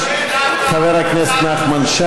איוב, החכמת אותנו,